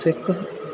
ਸਿੱਖ